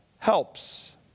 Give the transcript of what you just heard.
helps